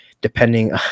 depending